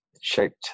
shaped